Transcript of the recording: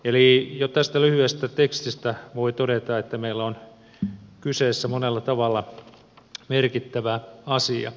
eli jo tästä lyhyestä tekstistä voi todeta että meillä on kyseessä monella tavalla merkittävä asia